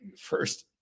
first